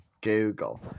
Google